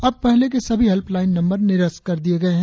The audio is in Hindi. अब पहले के सभी हेल्पलाईन नम्बर निरस्त कर दिये गए है